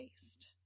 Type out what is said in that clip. taste